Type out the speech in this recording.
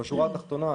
בשורה התחתונה,